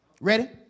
Ready